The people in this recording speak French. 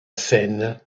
scène